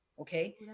Okay